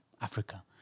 Africa